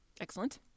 Excellent